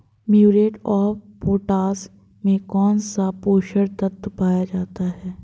Muriate of potash में कौन सा पोषक तत्व पाया जाता है?